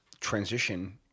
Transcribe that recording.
transition